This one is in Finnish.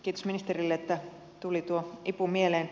kiitos ministerille että tuli tuo ipu mieleen